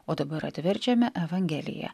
o dabar atverčiame evangeliją